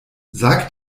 sag